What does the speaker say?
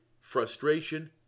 frustration